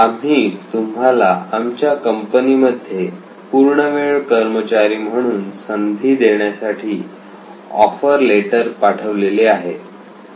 आम्ही तुम्हाला आमच्या कंपनीमध्ये पूर्णवेळ कर्मचारी म्हणून संधी देण्यासाठी ऑफर लेटर पाठवलेले आहे